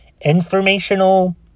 Informational